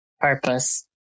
purpose